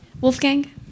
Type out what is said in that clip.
Wolfgang